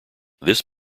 this